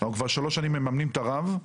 אנחנו כבר שלוש שנים מממנים את הרב,